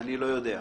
אני לא יודע.